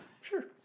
Sure